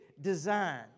design